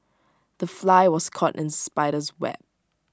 the fly was caught in spider's web